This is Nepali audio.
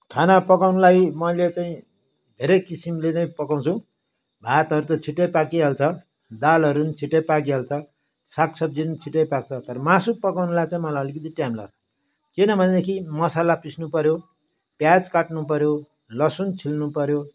खाना पकाउनुलाई मैले चाहिँ धेरै किसिमले नै पकाउँछु भातहरू त छिट्टै पाकिहाल्छ दालहरू पनि छिट्टै पाकिहाल्छ सागसब्जी पनि छिट्टै पाक्छ तर मासु पकाउनुलाई चाहिँ मलाई अलिकति टाइम लाग्छ किनभनेदेखि मसला पिस्नु पर्यो प्याज काट्नु पर्यो लसुन छिल्नु पर्यो